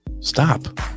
Stop